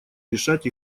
решать